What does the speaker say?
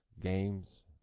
games